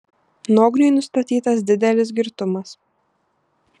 nogniui nustatytas didelis girtumas